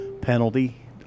penalty